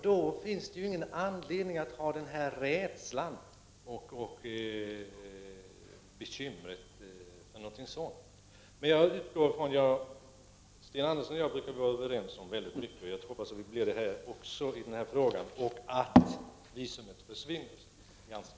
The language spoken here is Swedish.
Då finns det ingen anledning att hysa denna rädsla och se detta som ett bekymmer. Sten Andersson och jag brukar vara överens om mycket. Jag hoppas att vi kan bli överens också i denna fråga och att visumtvånget försvinner ganska snabbt.